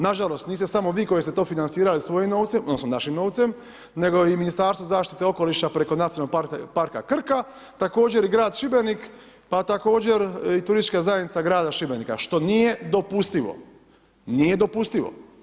Nažalost niste samo vi, koji ste to financirali svojim novcem, odnosno, našim novcem, nego je i Ministarstvo zaštite okoliša, preko nacionalnog parka Krka, također i grad Šibenik, pa također i turistička zajednica grada Šibenika što nije dopustivo, nije dopustivo.